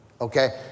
Okay